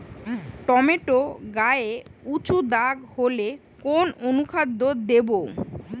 Tomato গায়ে উচু দাগ হলে কোন অনুখাদ্য দেবো?